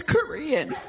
Korean